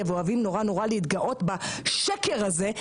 ואוהבים נורא-נורא להתגאות בשקר הזה,